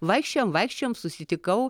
vaikščiojom vaikščiojom susitikau